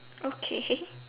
okay